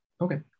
Okay